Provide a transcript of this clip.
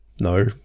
No